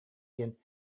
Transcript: диэн